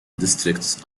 districts